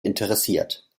interessiert